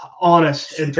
honest